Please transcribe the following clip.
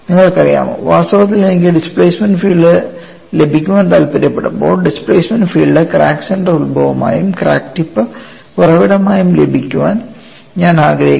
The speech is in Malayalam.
നിങ്ങൾക്കറിയാമോ വാസ്തവത്തിൽ എനിക്ക് ഡിസ്പ്ലേമെൻറ് ഫീൽഡ് ലഭിക്കാൻ താൽപ്പര്യപ്പെടുമ്പോൾ ഡിസ്പ്ലേസ്മെന്റ് ഫീൽഡ് ക്രാക്ക് സെൻറർ ഉത്ഭവമായും ക്രാക്ക് ടിപ്പ് ഉറവിടമായും ലഭിക്കാൻ ഞാൻ ആഗ്രഹിക്കുന്നു